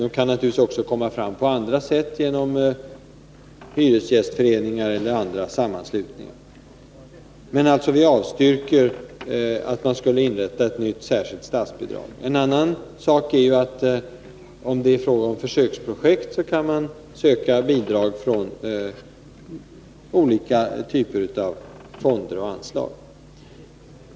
Dessa kan naturligtvis också komma fram på andra sätt, genom hyresgästföreningar eller andra sammanslutningar. Alltså: Utskottet avstyrker att vi skulle inrätta ett nytt särskilt statsbidrag. En annan sak är att om det är fråga om försöksprojekt kan man söka bidrag från olika typer av fonder och anslag.